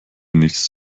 nichts